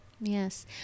Yes